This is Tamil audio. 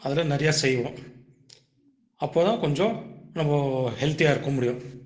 அதெலாம் நிறைய செய்வோம் அப்போ தான் கொஞ்சம் நம்ப ஹெல்த்தியாக இருக்க முடியும்